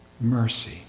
Mercy